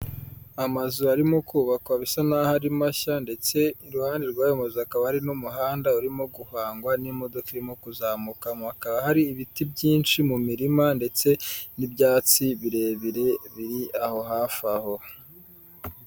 Amazu arimo kubakwa bisa n'aho ari mashya, ndetse iruhande rw'ayo mazu hakaba hari umuhanda urimo guhangwa n'imodoka irimo kuzamuka, hakaba hari ibiti byinshi mu mirima ndetse n'ibyatsi birebire biri aho hafi aho.